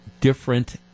different